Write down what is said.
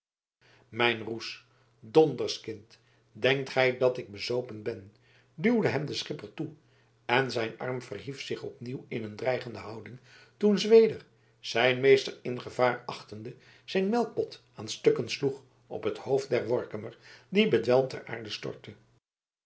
mijn roes donderskind denkt gij dat ik bezopen ben duwde hem de schipper toe en zijn arm verhief zich opnieuw in een dreigende houding toen zweder zijn meester in gevaar achtende zijn melkpot aan stukken sloeg op het hoofd van den workummer die bedwelmd ter aarde stortte